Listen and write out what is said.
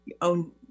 own